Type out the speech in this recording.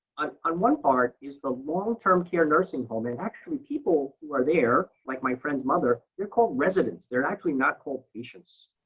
um on one part is for a long-term care nursing home. and actually, people who are there, like my friend's mother, they're called residents. they're actually not called patients.